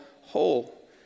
whole